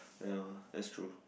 ya that's true